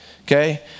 okay